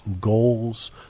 goals